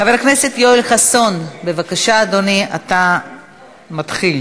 הגיעה אלינו בקשה להתנגד מחברת הכנסת עליזה לביא.